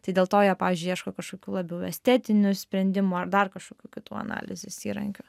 tai dėl to jie pavyzdžiui ieško kažkokių labiau estetinių sprendimų ar dar kažkokių kitų analizės įrankių